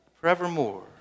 forevermore